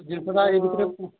ଜିନିଷଟା ଏଇ ଭିତରେ